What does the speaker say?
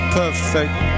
perfect